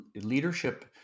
leadership